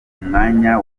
umwanya